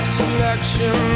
selection